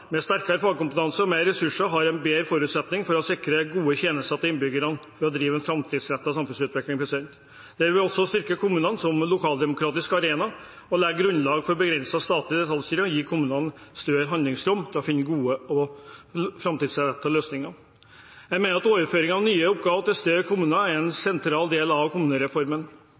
med sterkere fagkompetanse og mer ressurser har en bedre forutsetning for å sikre gode tjenester til innbyggerne og til å drive en framtidsrettet samfunnsutvikling. Dette vil også styrke kommunene som lokaldemokratisk arena og legge grunnlag for å begrense statlig detaljstyring og gi kommunene et større handlingsrom til å finne gode og framtidsrettede løsninger. Jeg mener at overføring av nye oppgaver til større kommuner er en